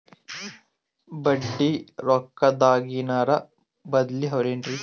ಬಡ್ಡಿ ರೊಕ್ಕದಾಗೇನರ ಬದ್ಲೀ ಅವೇನ್ರಿ?